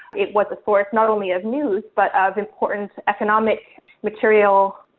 it was the source not only of news, but of important economic material,